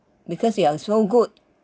because you are so good